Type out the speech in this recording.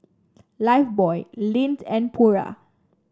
lifebuoy Lindt and Pura